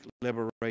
liberation